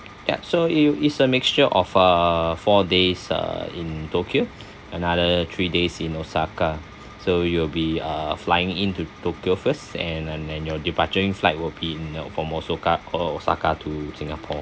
ya so you it's a mixture of uh four days uh in tokyo another three days in osaka so you'll be uh flying in to tokyo first and and and your departuring flight will be in uh from osoka o~ osaka to singapore